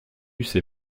ses